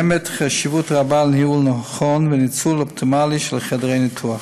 יש חשיבות רבה לניהול נכון ולניצול אופטימלי של חדרי ניתוח.